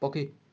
ପକ୍ଷୀ